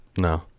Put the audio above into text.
No